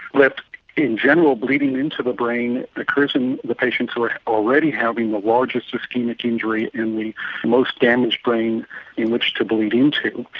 in general, bleeding into the brain occurs in the patients who are already having the largest ischaemic injury in the most damaged brain in which to bleed into.